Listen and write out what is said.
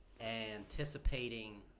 anticipating